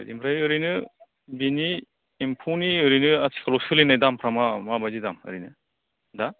ओमफ्राय ओरैनो बिनि एम्फौनि ओरैनो आथिखालाव सोलिनाय दामफ्रा मा माबायदि दाम ओरैनो दा